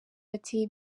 ati